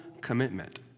commitment